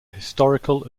historical